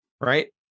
right